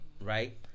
right